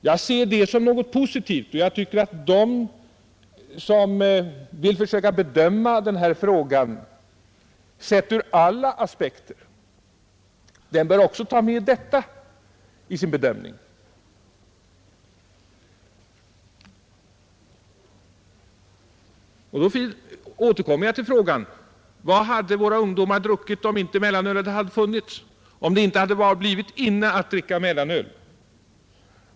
Jag ser det som något positivt, och jag tycker att de som vill försöka bedöma denna fråga sedd ur alla aspekter också bör ta med detta i sin bedömning. Därför återkommer jag till frågan: Vad hade våra ungdomar druckit om inte mellanölet hade funnits, om det inte hade blivit ”inne” att dricka mellanöl?